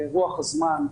ברוח הזמן,